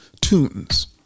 Tunes